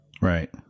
right